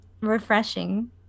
refreshing